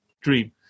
dream